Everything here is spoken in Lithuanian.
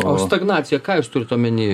o stagnacija ką jūs turit omeny